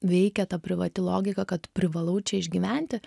veikia ta privati logika kad privalau čia išgyventi